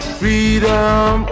freedom